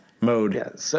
mode